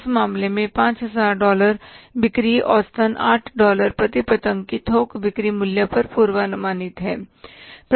इस मामले में 5000 डॉलर बिक्री औसतन 8 डॉलर प्रति पतंग की थोक बिक्री मूल्य पर पूर्वानुमानित है